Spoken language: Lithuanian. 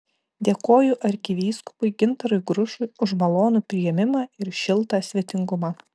dėkoju arkivyskupui gintarui grušui už malonų priėmimą ir šiltą svetingumą